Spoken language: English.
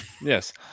yes